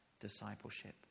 discipleship